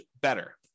better